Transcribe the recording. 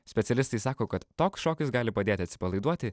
specialistai sako kad toks šokis gali padėti atsipalaiduoti